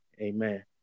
amen